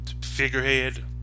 figurehead